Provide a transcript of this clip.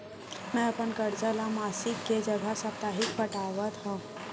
मै अपन कर्जा ला मासिक के जगह साप्ताहिक पटावत हव